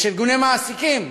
יש ארגוני מעסיקים.